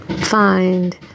find